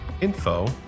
info